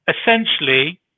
essentially